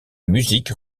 musique